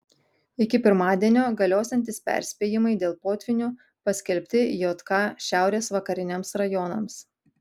iki pirmadienio galiosiantys perspėjimai dėl potvynių paskelbti jk šiaurės vakariniams rajonams